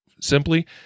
simply